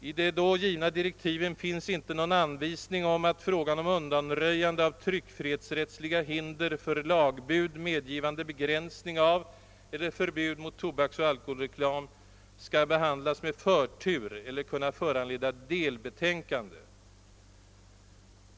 I de då givna direktiven finns inte någon anvisning om att frågan om undanröjande av tryckfrihetsrättsliga hinder för lagbud medgivande begränsning eller förbud mot tobaksoch alkoholreklam skall behandlas med förtur eller kunna föranleda delbetänkande.